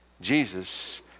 Jesus